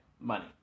money